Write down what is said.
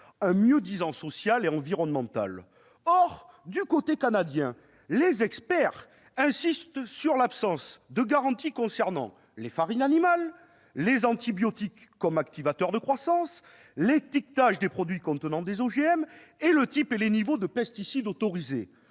un mieux-disant social et environnemental. Or, du côté canadien, les experts insistent sur l'absence de garanties concernant les farines animales, les antibiotiques comme activateurs de croissance, l'étiquetage des produits contenant des OGM et le type et les niveaux de pesticides autorisés.